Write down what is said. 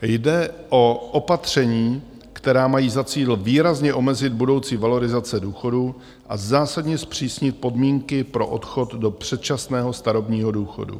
Jde o opatření, která mají za cíl výrazně omezit budoucí valorizace důchodů a zásadně zpřísnit podmínky pro odchod do předčasného starobního důchodu.